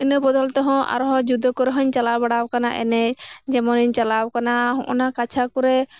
ᱤᱱᱟᱹ ᱵᱚᱫᱚᱞ ᱛᱮᱦᱚᱸ ᱟᱨ ᱦᱚᱸ ᱡᱩᱫᱟᱹ ᱠᱚᱨᱮ ᱦᱚᱸᱧ ᱪᱟᱞᱟᱣ ᱵᱟᱲᱟᱣ ᱟᱠᱟᱱᱟ ᱮᱱᱮᱡ ᱡᱮᱢᱚᱱᱤᱧ ᱪᱟᱞᱟᱣ ᱠᱟᱱᱟ ᱦᱚᱸᱜᱼᱚ ᱱᱟ ᱠᱟᱪᱷᱟ ᱠᱚᱨᱮ